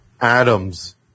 atoms